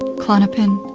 klonopin,